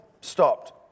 stopped